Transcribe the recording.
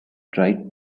tried